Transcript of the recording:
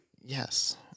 Yes